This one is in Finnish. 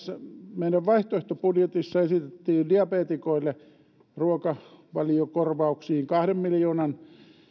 meidän vaihtoehtobudjetissamme esitettiin diabeetikoille ruokavaliokorvauksiin kahden miljoonan